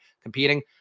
competing